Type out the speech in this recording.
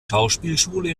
schauspielschule